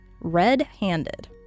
red-handed